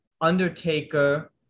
Undertaker